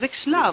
זה שלב,